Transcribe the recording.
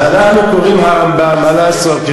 אז אנחנו קוראים הרמב"ם, מה לעשות.